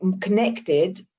connected